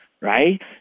right